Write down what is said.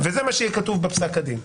זה מה שיהיה כתוב בפסק הדין.